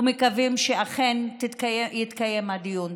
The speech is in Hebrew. ומקווים שאכן יתקיים הדיון.